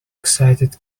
excited